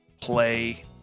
play